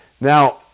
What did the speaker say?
Now